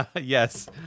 Yes